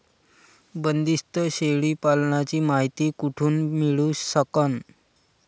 बंदीस्त शेळी पालनाची मायती कुठून मिळू सकन?